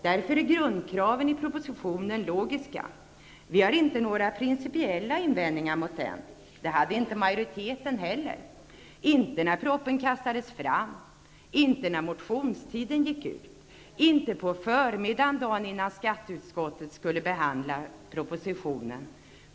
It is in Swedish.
Därför är grundkraven i propositionen logiska. Vi har inte några principiella invändningar mot propositionen. Det hade inte majoriteten heller, inte när propositionen kastades fram, inte när motionstiden gick ut, inte på förmiddagen dagen innan skatteutskottet skulle behandla propositionen.